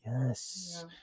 Yes